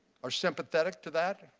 are sympathetic to that.